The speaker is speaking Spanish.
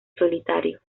solitario